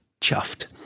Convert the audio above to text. chuffed